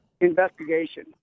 investigation